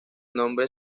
nombre